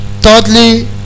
thirdly